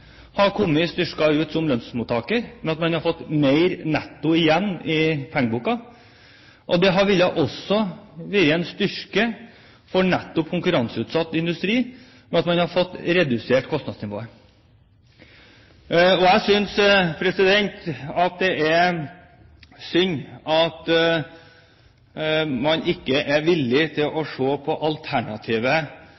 fått mer netto igjen i pengeboka, og det ville også ha vært en styrke for konkurranseutsatt industri, ved at man hadde fått redusert kostnadsnivået. Jeg synes det er synd at man ikke er villig til å